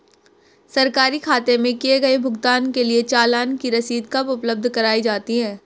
सरकारी खाते में किए गए भुगतान के लिए चालान की रसीद कब उपलब्ध कराईं जाती हैं?